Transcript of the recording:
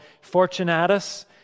Fortunatus